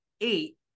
eight